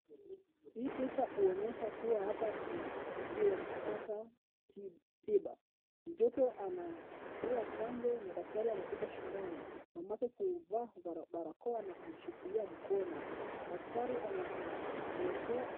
Hii picha huonyesha kuwa hapa ni kituo ya kupata tiba, mtoto anapewa chanjo na daktari amebeba sindano, mamake amevaa barakoa na kumshikilia mkono daktari anamwekea.